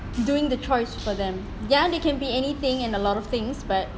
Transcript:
doing he choice for them ya they can be anything and a lot of things but